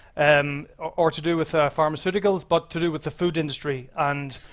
and or or to do with pharmaceuticals, but to do with the food industry. and